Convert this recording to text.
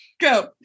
Go